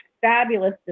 fabulous